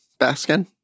Baskin